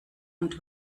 und